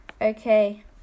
Okay